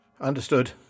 Understood